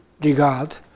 regard